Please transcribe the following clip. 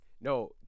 No